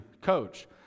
coach